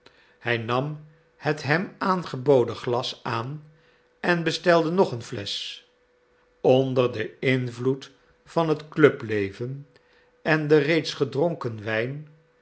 hij nam het hem aangeboden glas aan en bestelde nog een flesch onder den invloed van het clubleven en den reeds gedronken wijn